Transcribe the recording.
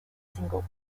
single